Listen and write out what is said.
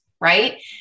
right